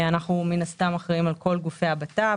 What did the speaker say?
אנחנו מן הסתם אחראים על כל גופי הבט"פ.